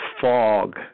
fog